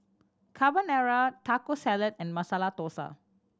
Carbonara Taco Salad and Masala Dosa